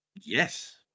Yes